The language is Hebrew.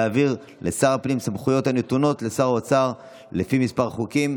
להעביר לשר הפנים סמכויות הנתונות לשר האוצר לפי כמה חוקים.